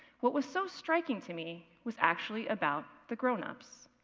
what was so striking to me was actually about the grownups.